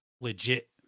legit